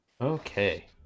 okay